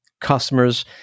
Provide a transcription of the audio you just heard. customers